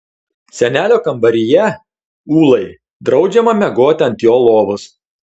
senelio kambaryje ūlai draudžiama miegoti ant jo lovos